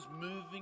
moving